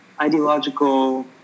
ideological